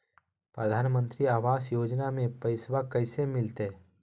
प्रधानमंत्री आवास योजना में पैसबा कैसे मिलते?